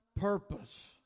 purpose